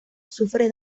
sufre